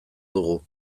dugu